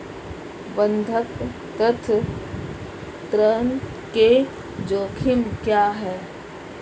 बंधक ऋण के जोखिम क्या हैं?